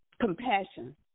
compassion